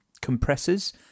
compressors